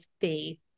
faith